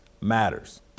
matters